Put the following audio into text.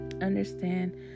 understand